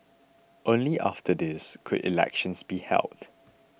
only after this could elections be held